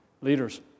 leaders